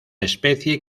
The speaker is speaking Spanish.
especie